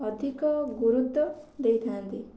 ଅଧିକ ଗୁରୁତ୍ୱ ଦେଇଥାନ୍ତି